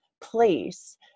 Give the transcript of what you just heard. place